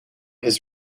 his